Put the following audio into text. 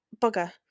Bugger